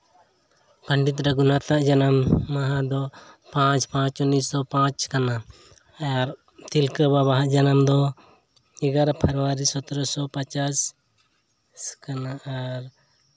Pandit Raghunath ᱟᱜ ᱡᱟᱱᱟᱢ ᱫᱚ ᱯᱟᱸᱪ ᱯᱟᱸᱪ ᱩᱱᱤᱥᱚ ᱯᱟᱸᱪ ᱠᱟᱱᱟ ᱟᱨ ᱛᱤᱞᱠᱟᱹ ᱵᱟᱵᱟᱣᱟᱜ ᱡᱟᱱᱟᱢ ᱫᱚ ᱮᱜᱟᱨᱚ ᱵᱷᱮᱵᱽᱣᱟᱨᱤ ᱥᱚᱛᱨᱚ ᱥᱚ ᱯᱚᱪᱟᱥ ᱠᱟᱱ ᱟᱨ